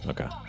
Okay